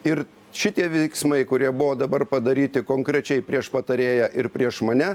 ir šitie veiksmai kurie buvo dabar padaryti konkrečiai prieš patarėją ir prieš mane